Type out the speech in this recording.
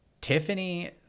Tiffany